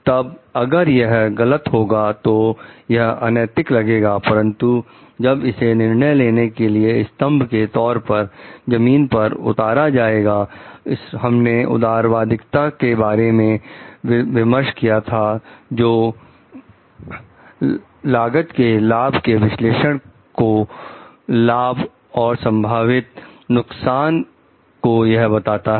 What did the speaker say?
तब अगर यह गलत होगा तो यह अनैतिक लगेगा परंतु जब इसे निर्णय लेने के स्तंभ के तौर पर जमीन पर उतारा जाएगा हमने उदारवादीता के बारे में विमर्श किया था जो लागत के लाभ के विश्लेषण को लाभ और संभावित नुकसान को यह बताता है